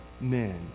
men